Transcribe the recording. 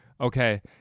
Okay